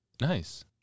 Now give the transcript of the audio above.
Nice